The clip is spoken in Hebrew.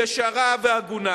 ישרה והגונה.